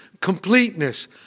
completeness